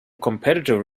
competitive